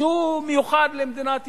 שהוא מיוחד למדינת ישראל,